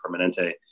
Permanente